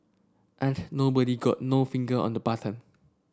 ain't nobody got no finger on the button